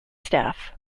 staff